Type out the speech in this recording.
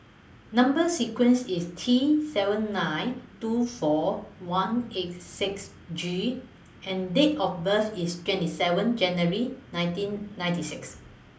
Number sequence IS T seven nine two four one eight six G and Date of birth IS twenty seven January nineteen ninety six